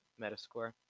metascore